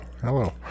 Hello